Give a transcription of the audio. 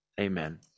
Amen